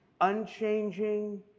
unchanging